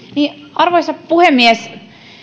arvoisa puhemies